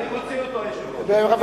אני מוציא אותו, היושב-ראש.